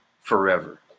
forever